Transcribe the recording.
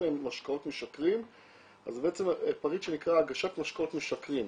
להם משקאות משכרים אז יש פריט שנקרא הגשת משקאות משכרים.